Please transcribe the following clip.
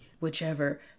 Whichever